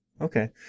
Okay